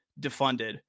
defunded